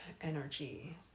energy